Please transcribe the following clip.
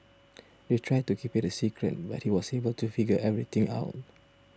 they tried to keep it a secret but he was able to figure everything out